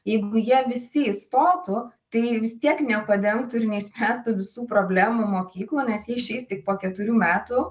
jeigu jie visi įstotų tai vis tiek nepadengtų ir neišspręstų visų problemų mokyklų nes jie išeis tik po keturių metų